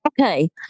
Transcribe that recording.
Okay